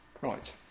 Right